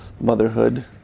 motherhood